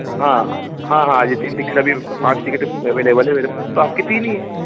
हाँ हाँ हाँ यह तीन टिकट अभी पाँच टिकट अवेलेबल हैं मेरे तो आपके तीन ही हैं